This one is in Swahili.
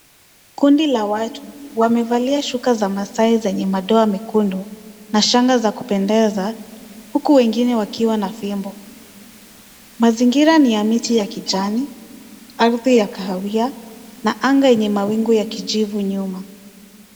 Kundi la watu wamevalia shuka za maasai zenye madoa mekundu na shanga za kupendeza huku wengine wakiwa na fimbo, mazingira ni ya miti ya kijani, ardhi ya kahawia na yenye mawingu ya kijivu nyuma.